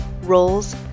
roles